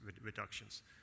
reductions